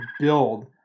build